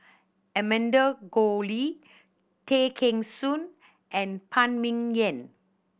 Amanda Koe Lee Tay Kheng Soon and Phan Ming Yen